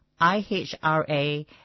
IHRA